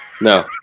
no